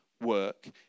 work